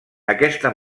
aquesta